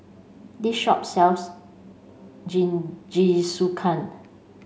this shop sells Jingisukan